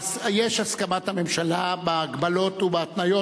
יש הסכמת הממשלה בהגבלות ובהתניות.